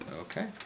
Okay